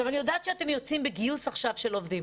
אני יודעת שאתם יוצאים עכשיו בגיוס של עובדים.